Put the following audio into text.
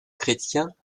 chrétiens